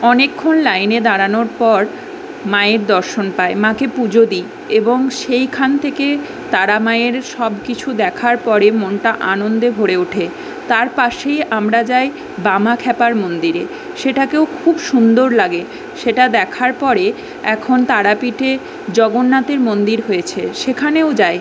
অনেকক্ষণ লাইনে দাঁড়ানোর পর মায়ের দর্শন পাই মাকে পুজো দিই এবং সেইখান থেকে তারা মায়ের সব কিছু দেখার পরে মনটা আনন্দে ভরে ওঠে তার পাশে আমরা যাই বামাক্ষ্যাপার মন্দিরে সেটাকেও খুব সুন্দর লাগে সেটা দেখার পরে এখন তারপীঠে জগন্নাতের মন্দির হয়েছে সেখানেও যাই